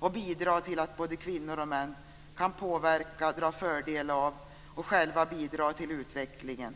och bidra till att både kvinnor och män kan påverka, dra fördel av och själva bidra till utvecklingen.